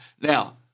Now